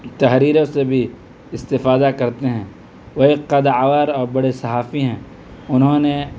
تحریروں سے بھی استفادہ کرتے ہیں وہ ایک قدآور اور بڑے صحافی ہیں انہوں نے